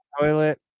toilet